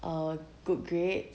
uh good grades